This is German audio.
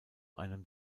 einem